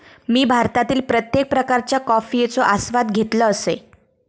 मी भारतातील प्रत्येक प्रकारच्या कॉफयेचो आस्वाद घेतल असय